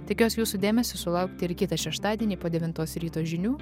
tikiuosi jūsų dėmesio sulaukti ir kitą šeštadienį po devintos ryto žinių